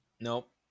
nope